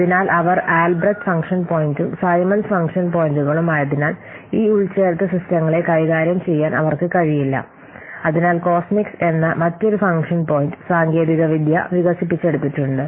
അതിനാൽ അവർ Albrecht function പോയിന്റും സൈമൺസ് ഫംഗ്ഷൻ പോയിന്റുകളും ആയതിനാൽ ഈ ഉൾച്ചേർത്ത സിസ്റ്റങ്ങളെ കൈകാര്യം ചെയ്യാൻ അവർക്ക് കഴിയില്ല അതിനാൽ കോസ്മിക്സ് എന്ന മറ്റൊരു ഫംഗ്ഷൻ പോയിൻറ് സാങ്കേതികവിദ്യ വികസിപ്പിച്ചെടുത്തിട്ടുണ്ട്